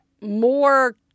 more